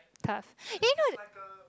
task you know